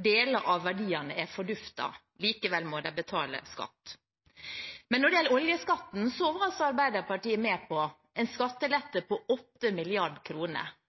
deler av verdiene er forduftet. Likevel må de betale skatt. Men når det gjelder oljeskatten, var Arbeiderpartiet med på en skattelette på